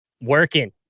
working